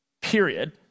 period